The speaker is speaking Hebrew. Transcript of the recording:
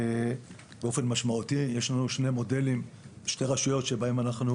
באופן משמעותי יש לנו שתי רשויות שבהן אנחנו